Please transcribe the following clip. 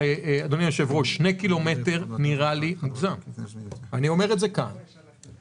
אמר בצלאל קודם - ואני ראיתי שהוא קצת השתנה היום אבל